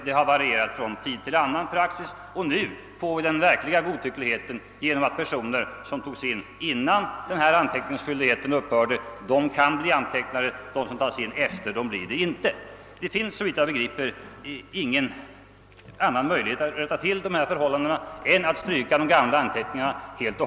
Det har varierat från tid till annan, Och nu får vi den verkliga godtyckligheten genom att personer som togs in innan anteckningsskyldigheten upphörde kan bli antecknade, medan de som kommer in efteråt inte blir det. Såvitt jag förstår finns det ingen annan möjlighet att rätta till dessa förhållanden än att stryka de gamla anteckningarna.